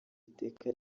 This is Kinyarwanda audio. iteka